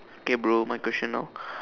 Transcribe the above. okay bro my question now